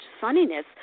sunniness